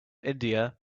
india